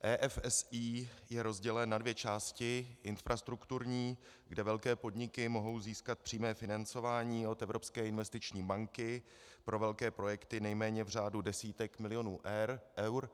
EFSI je rozdělen na dvě části: infrastrukturní, kde velké podniky mohou získat přímé financování od Evropské investiční banky pro velké projekty nejméně v řádu desítek milionů eur.